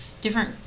different